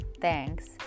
Thanks